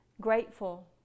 Grateful